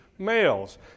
males